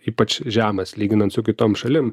ypač žemas lyginant su kitom šalim